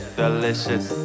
delicious